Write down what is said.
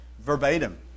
verbatim